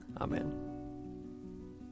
Amen